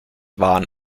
waren